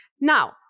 Now